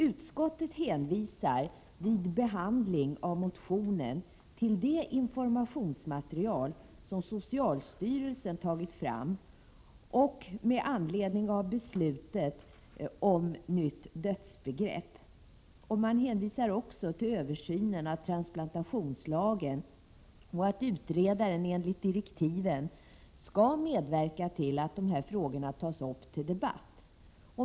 Utskottet hänvisar vid behandling av motionen till det informationsmaterial som socialstyrelsen har tagit fram med anledning av beslutet om ett nytt dödsbegrepp och till översynen av transplantationslagen samt till att utredaren enligt direktiven skall medverka till att dessa frågor tas upp till debatt.